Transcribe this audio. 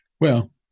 Well-